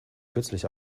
kürzlich